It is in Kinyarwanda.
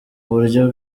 buryo